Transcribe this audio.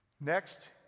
Next